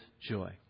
joy